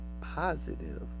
positive